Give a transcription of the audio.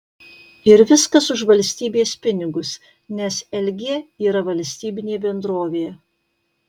ir viskas už valstybės pinigus nes lg yra valstybinė bendrovė